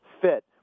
fit